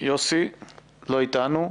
יוסי לא איתנו.